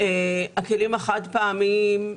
הכלים החד-פעמיים,